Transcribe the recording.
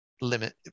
limit